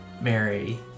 Mary